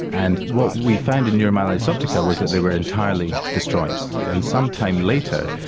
and what we found in neuromyelitis optica was that they were entirely destroyed and sometime later,